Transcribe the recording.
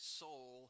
soul